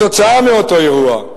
כתוצאה מאותו אירוע,